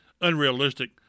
unrealistic